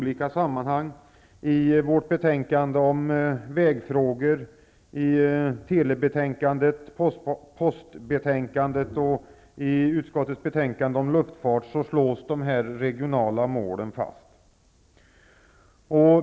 I vägbetänkandet, telebetänkandet, postbetänkandet och luftfartsbetänkandet slås de regionala målen fast.